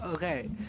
Okay